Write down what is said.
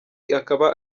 ikaba